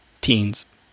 teens